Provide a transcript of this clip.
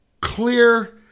clear